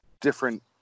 different